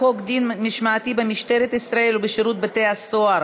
חוק דין משמעתי במשטרת ישראל ובשירות בתי-הסוהר